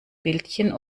bildchen